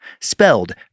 Spelled